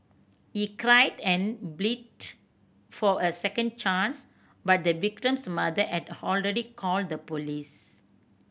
he climbed and bleed for a second chance but the victim's mother and called the police